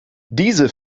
diese